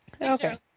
Okay